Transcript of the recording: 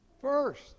first